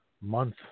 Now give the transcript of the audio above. month